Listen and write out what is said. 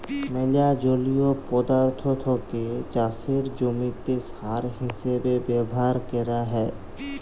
ম্যালা জলীয় পদাথ্থকে চাষের জমিতে সার হিসেবে ব্যাভার ক্যরা হ্যয়